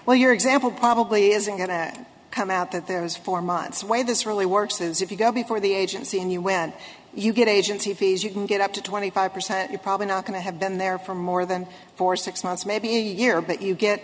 well your example probably isn't going to come out that there is four months way this really works is if you go before the agency and you when you get agency fees you can get up to twenty five percent you're probably not going to have been there for more than four six months maybe a year but you get